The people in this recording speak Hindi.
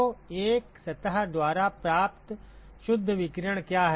तो एक सतह द्वारा प्राप्त शुद्ध विकिरण क्या है